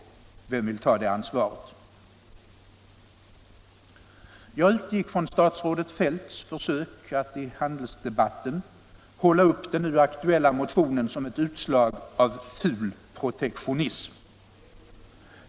Vem vill ta det ansvaret? Jag utgick från statsrådet Feldts försök att i handelsdebatten hålla upp den nu aktuella motionen som ett utslag av full protektionism.